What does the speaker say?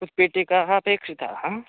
उत्पीठिकाः अपेक्षिताः